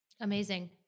Amazing